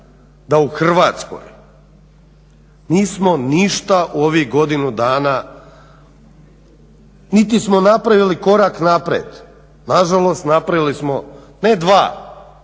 da u Hrvatskoj nismo ništa u ovih godinu dana niti smo napravili korak naprijed. Na žalost, napravili smo ne dva,